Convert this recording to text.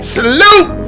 Salute